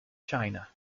china